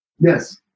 Yes